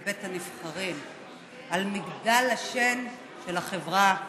על בית הנבחרים, על מגדל השן של החברה הישראלית,